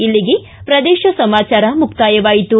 ಇಲ್ಲಿಗೆ ಪ್ರದೇಶ ಸಮಾಚಾರ ಮುಕ್ತಾಯವಾಯಿತು